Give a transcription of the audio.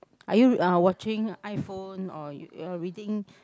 are you uh watching iPhone or uh reading